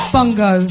Bongo